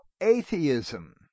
atheism